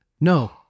No